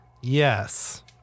Yes